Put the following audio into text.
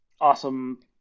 awesome